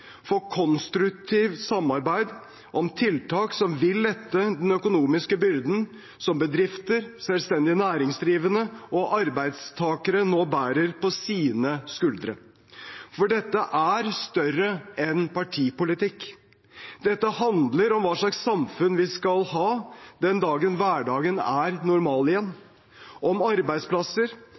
for konstruktivt samarbeid om tiltak som vil lette den økonomiske byrden som bedrifter, selvstendig næringsdrivende og arbeidstakere nå bærer på sine skuldre. For dette er større enn partipolitikk. Dette handler om hva slags samfunn vi skal ha den dagen hverdagen er normal igjen – om arbeidsplasser,